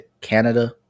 Canada